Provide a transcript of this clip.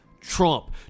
Trump